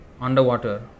underwater